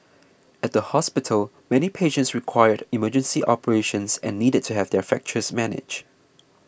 at the hospital many patients required emergency operations and needed to have their fractures managed